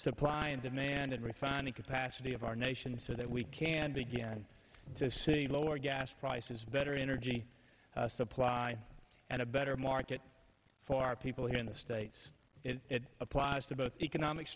supply and demand and refining capacity of our nation so that we can begin to see lower gas prices better energy supply and a better market for our people here in the states it applies to both economic